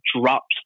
drops